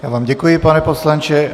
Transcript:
Já vám děkuji, pane poslanče.